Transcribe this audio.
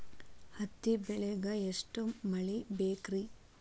ಹತ್ತಿ ಬೆಳಿಗ ಎಷ್ಟ ಮಳಿ ಬೇಕ್ ರಿ?